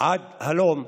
עד הלום,